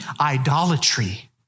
idolatry